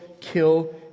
kill